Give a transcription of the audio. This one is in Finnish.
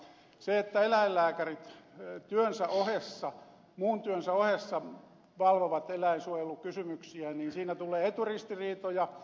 siinä että eläinlääkärit muun työnsä ohessa valvovat eläinsuojelukysymyksiä tulee eturistiriitoja